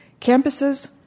Campuses